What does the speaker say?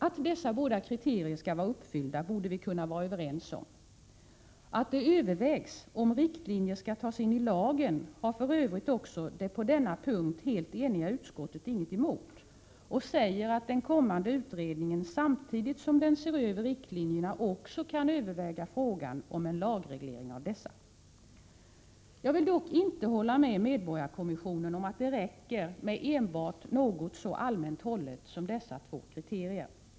Att dessa båda kritierier skall vara uppfyllda borde vi kunna vara överens om. Att det övervägs om riktlinjer skall tas in i lagen har för övrigt det på denna punkt helt eniga utskottet inget emot och säger att den kommande utredningen, samtidigt som den ser över riktlinjerna, också kan överväga frågan om en lagreglering av dessa. Jag vill dock inte hålla med medborgarkommissionen om att det räcker med enbart något så allmänt hållet som dessa två kriterier.